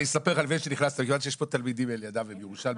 מכיוון שיש פה תלמידים והם ירושלמים,